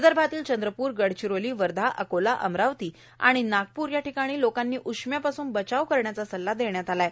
विदर्भातील चंद्रपूर गडचिरोली वर्धा अकोला अमरावती नागपूर या ठिकाणी लोकांनी उष्म्यापासून बचाव करण्याचा सल्ला देण्यात आला आहे